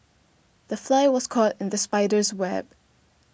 the fly was caught in the spider's web